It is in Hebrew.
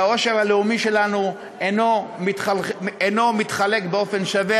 שהעושר הלאומי שלנו אינו מתחלק באופן שווה,